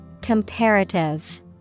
Comparative